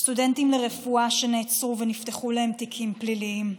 סטודנטים לרפואה שנעצרו ונפתחו להם תיקים פליליים,